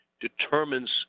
determines